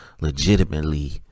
legitimately